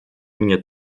mnie